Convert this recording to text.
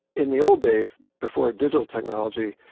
in the old days, before digital technology,